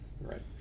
right